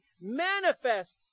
manifest